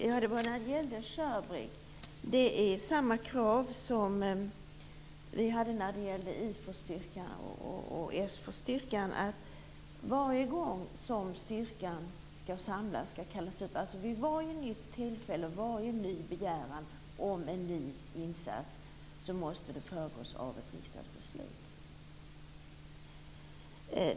Fru talman! Vad gäller SHIRBRIG för vi fram samma krav som vi hade för IFOR-styrkan och SFOR-styrkan, att varje gång som styrkan skall samlas, vid varje ny begäran om en ny insats, måste det hela föregås av ett riksdagsbeslut.